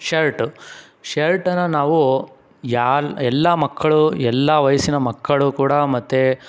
shirt ಶರ್ಟನ್ನು ನಾವು ಯಾಲ್ ಎಲ್ಲ ಮಕ್ಕಳು ಎಲ್ಲ ವಯಸ್ಸಿನ ಮಕ್ಕಳು ಕೂಡ ಮತ್ತು